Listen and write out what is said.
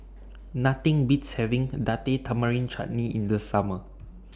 Nothing Beats having Date Tamarind Chutney in The Summer